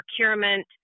procurement